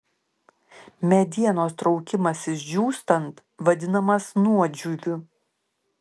medienos traukimasis džiūstant vadinamas nuodžiūviu